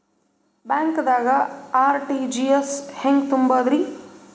ಬ್ಯಾಂಕ್ದಾಗ ಆರ್.ಟಿ.ಜಿ.ಎಸ್ ಹೆಂಗ್ ತುಂಬಧ್ರಿ?